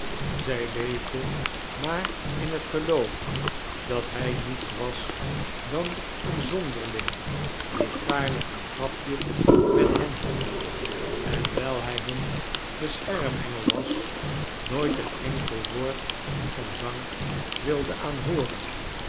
zij leefde maar in het geloof dat hij niets was dan een zonderling die gaarne een grapj met hen had en wijl hij hum beschermengel was nooit een enkel woord van dank wilde aanhooren